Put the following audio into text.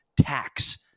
tax